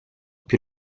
più